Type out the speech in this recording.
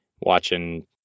watching